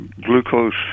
glucose